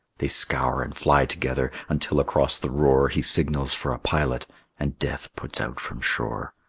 they scour and fly together, until across the roar he signals for a pilot and death puts out from shore.